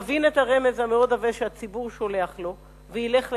יבין את הרמז המאוד עבה שהציבור שולח לו וילך לבד,